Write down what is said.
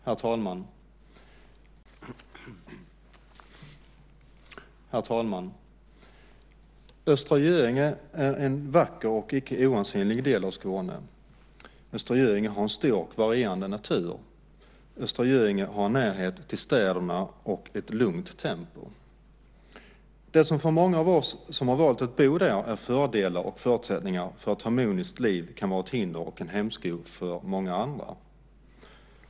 Herr talman! Östra Göinge är en vacker och icke oansenlig del av Skåne. Östra Göinge har en stor och varierande natur. Östra Göinge har en närhet till städerna och ett lugnt tempo. Det som för många av oss som valt att bo där är fördelar och förutsättningar för ett harmoniskt liv kan vara ett hinder och en hämsko för många andra.